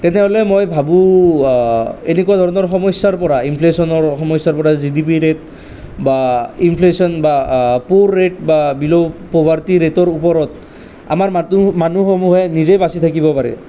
তেনেহ'লে মই ভাবোঁ এনেকুৱা ধৰণৰ সমস্যাৰ পৰা ইনফ্লেশ্যনৰ সমস্যাৰ পৰা জি ডি পি ৰেট বা ইনফ্লেশ্যন বা প'ৰ ৰেট বা বিল' প'ভাৰটি ৰেটৰ ওপৰত আমাৰ মানুহসমূহে নিজেই বাচি থাকিব পাৰে